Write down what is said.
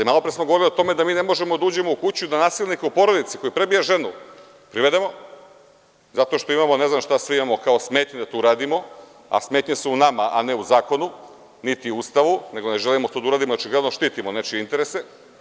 Malopre smo govorili o tome da mi ne možemo da uđemo u kuću i da nasilnika u porodici, koji prebija ženu, privedemo, zato što imamo, ne znam šta sve imamo kao smetnju da to uradimo, a smetnje su u nama, a ne u zakonu, niti u Ustavu, nego ne želimo da to uradimo, jer očigledno štitimo nečije interese.